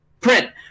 print